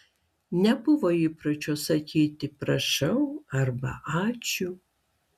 nebuvo įpročio sakyti prašau arba ačiū